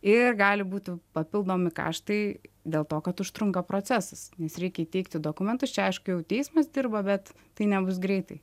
ir gali būti papildomi kaštai dėl to kad užtrunka procesas nes reikia įteikti dokumentus čia aišku jau teismas dirba bet tai nebus greitai